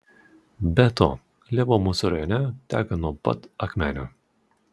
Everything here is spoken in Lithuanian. be to lėvuo mūsų rajone teka nuo pat akmenių